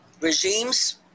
regimes